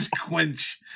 quench